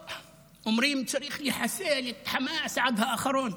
אומרים: צריך לחסל את חמאס עד האחרון,